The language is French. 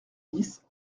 dix